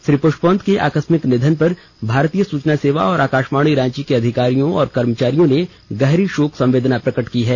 श्री पुस्पवंत के आकसमिक निधन पर भारतीय सूचना सेवा और आकाषवाणी रांची के अधिकारियों तथा कर्मचारियों ने गहरी शोक संवेदना प्रकट की है